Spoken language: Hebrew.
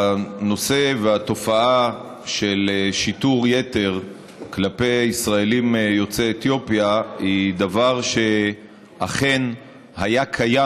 התופעה של שיטור יתר כלפי ישראלים יוצאי אתיופיה היא דבר שאכן היה קיים,